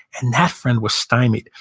and that friend was stymied.